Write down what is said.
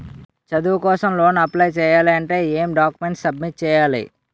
చదువు కోసం loan apply చేయాలి అంటే ఎం డాక్యుమెంట్స్ సబ్మిట్ చేయాలి?